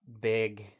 big